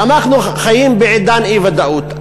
ואנחנו חיים בעידן אי-ודאות.